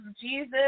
Jesus